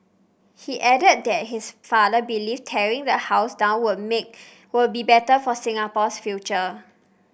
he added that his father believed tearing the house down would make would be better for Singapore's future